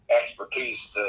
expertise